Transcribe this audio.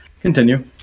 continue